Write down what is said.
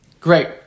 Great